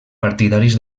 partidaris